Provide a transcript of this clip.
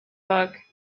book